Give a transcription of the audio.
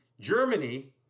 Germany